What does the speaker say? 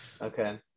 Okay